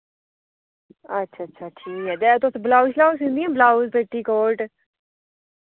अच्छा अच्छा ठीक ऐ ते तुस ब्लाउज श्लाउज सींदियां ब्लाउज पेटीकोट